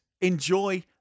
enjoy